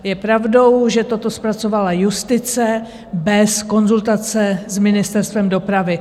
Je pravdou, že toto zpracovala justice bez konzultace s Ministerstvem dopravy.